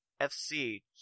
FC